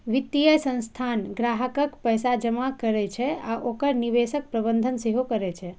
वित्तीय संस्थान ग्राहकक पैसा जमा करै छै आ ओकर निवेशक प्रबंधन सेहो करै छै